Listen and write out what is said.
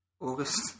August